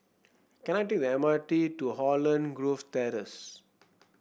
can I take the M R T to Holland Grove Terrace